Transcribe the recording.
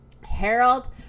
Harold